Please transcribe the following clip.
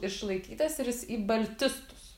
išlaikytas ir jis į baltistus